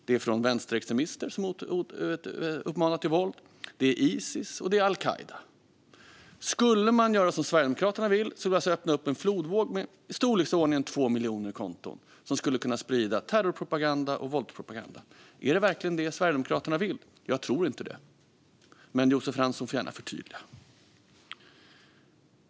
Det är vänsterextremister som uppmanar till våld, och det är Isis och al-Qaida. Skulle man göra som Sverigedemokraterna vill skulle vi alltså öppna för en flodvåg av i storleksordningen 2 miljoner konton, som skulle kunna sprida terror och våldspropaganda. Är det verkligen detta Sverigedemokraterna vill? Jag tror inte det. Men Josef Fransson får gärna förtydliga.